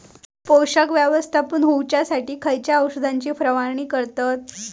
पोषक व्यवस्थापन होऊच्यासाठी खयच्या औषधाची फवारणी करतत?